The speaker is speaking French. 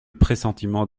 pressentiment